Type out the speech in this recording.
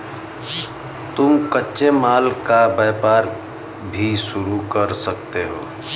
तुम कच्चे माल का व्यापार भी शुरू कर सकते हो